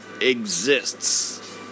exists